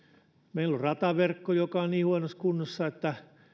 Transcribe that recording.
meillä on rataverkko joka on niin huonossa kunnossa että